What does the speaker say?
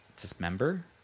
Dismember